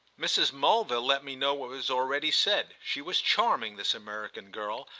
mrs. mulville let me know what was already said she was charming, this american girl,